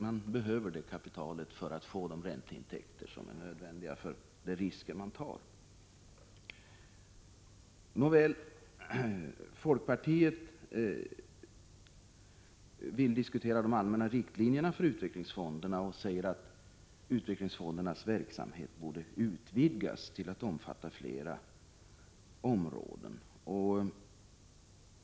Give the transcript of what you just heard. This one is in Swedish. De behöver det kapitalet för att få de ränteintäkter som är nödvändiga för de risker de tar. Folkpartiet vill diskutera de allmänna riktlinjerna för utvecklingsfonderna och säger att verksamheten borde utvidgas till att omfatta fler områden.